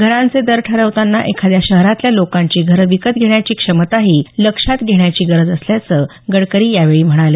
घरांचे दर ठरवताना एखाद्या शहरातल्या लोकांची घर विकत घेण्याची क्षमताही लक्षात घेण्याची गरज असल्याचं गडकरी यांनी यावेळी म्हटलं